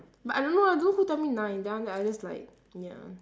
but I don't know eh I don't know who tell me nine then I'm like I'm just like ya